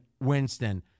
Winston